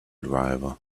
driver